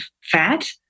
fat